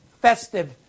festive